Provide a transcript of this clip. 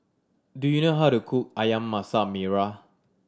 do you know how to cook Ayam Masak Merah